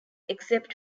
except